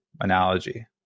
analogy